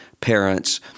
parents